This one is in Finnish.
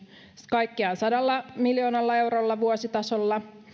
kaikkiaan sadalla miljoonalla eurolla vuositasolla